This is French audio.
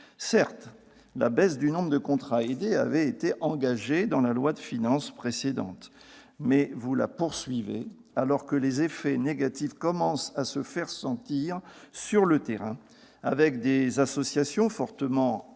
Certes, la baisse du nombre de contrats aidés avait été engagée dans la loi de finances précédente, mais vous la poursuivez, alors que les effets négatifs commencent à se faire sentir sur le terrain. Le sentiment d'incompréhension des